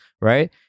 right